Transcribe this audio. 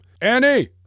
Annie